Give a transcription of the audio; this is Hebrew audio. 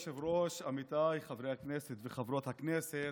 כבוד היושב-ראש, עמיתיי חברי הכנסת וחברות הכנסת,